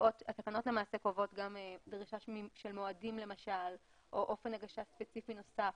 למעשה קובעות למשל גם דרישה של מועדים או למשל אופן הגשה ספציפי נוסף.